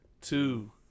Two